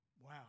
Wow